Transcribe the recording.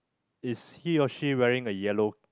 is he or she wearing the yellow